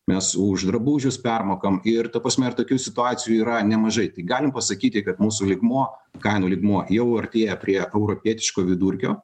mes už drabužius permokam ir ta prasme ir tokių situacijų yra nemažai tai galim pasakyti kad mūsų lygmuo kainų lygmuo jau artėja prie europietiško vidurkio